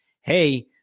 Hey